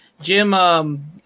Jim